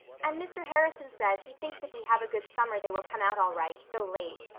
and mr. harrison says he thinks if we have a good summer they will come out all right though late.